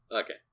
Okay